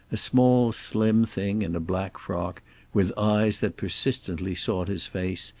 a small slim thing in a black frock, with eyes that persistently sought his face,